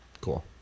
Cool